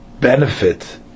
benefit